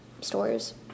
stores